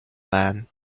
man